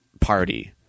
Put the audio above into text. party